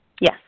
yes